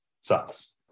Sucks